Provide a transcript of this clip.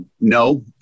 no